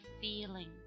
feeling